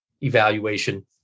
evaluation